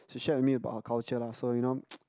she shared with me about her culture lah so you know